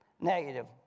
Negative